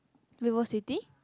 Vivo-City